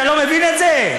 אתה לא מבין את זה?